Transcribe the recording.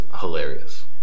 hilarious